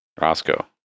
Roscoe